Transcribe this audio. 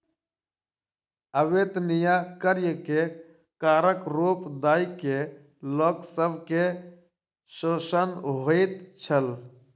अवेत्निया कार्य के करक रूप दय के लोक सब के शोषण होइत छल